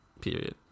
period